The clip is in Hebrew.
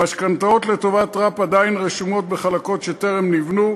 המשכנתאות לטובת ר"פ עדיין רשומות בחלקות שטרם נבנו.